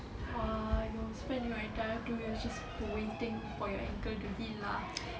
!wah! you spend your entire two years just waiting for your ankle to heal lah